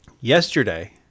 Yesterday